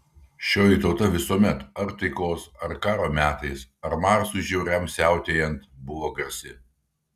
šioji tauta visuomet ar taikos ar karo metais ar marsui žiauriam siautėjant buvo garsi